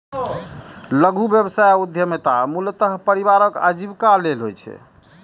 लघु व्यवसाय उद्यमिता मूलतः परिवारक आजीविका लेल होइ छै